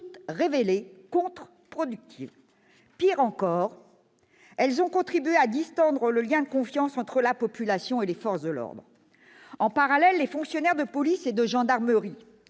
révélées contre-productives. Pire encore, elles ont contribué à distendre le lien de confiance entre la population et les forces de l'ordre. En parallèle, les fonctionnaires de police et de gendarmerie